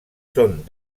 són